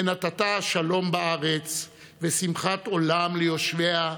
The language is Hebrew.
ונתת שלום בארץ ושמחת עולם ליושביה".